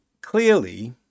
clearly